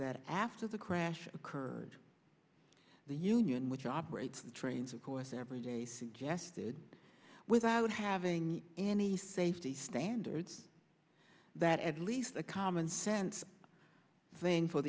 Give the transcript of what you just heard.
that after the crash occurred the union which operates the trains of course every day suggested without having any safety standards that at least a common sense thing for